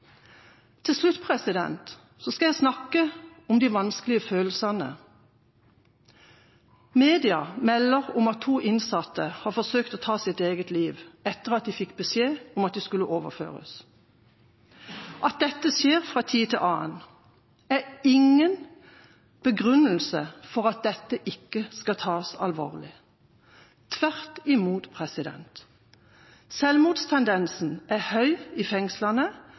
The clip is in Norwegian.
Til slutt skal jeg snakke om de vanskelige følelsene. Media melder om at to innsatte har forsøkt å ta sitt eget liv etter at de fikk beskjed om at de skulle overføres. At dette skjer fra tid til annen, er ingen begrunnelse for at dette ikke skal tas alvorlig – tvert imot. Selvmordstendensen er høy i fengslene,